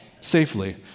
safely